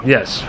Yes